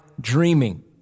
dreaming